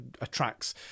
attracts